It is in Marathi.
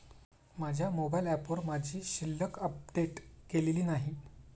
माझ्या मोबाइल ऍपवर माझी शिल्लक अपडेट केलेली नाही